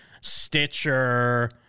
Stitcher